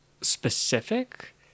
specific